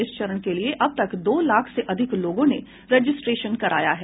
इस चरण के लिए अब तक दो लाख से अधिक लोगों ने रजिस्ट्रेशन कराया है